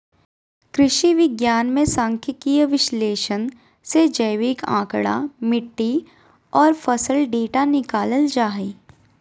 कृषि विज्ञान मे सांख्यिकीय विश्लेषण से जैविक आंकड़ा, मिट्टी आर फसल डेटा निकालल जा हय